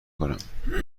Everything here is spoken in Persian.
کنم